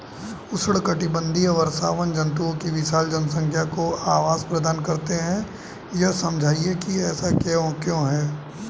उष्णकटिबंधीय वर्षावन जंतुओं की विशाल जनसंख्या को आवास प्रदान करते हैं यह समझाइए कि ऐसा क्यों है?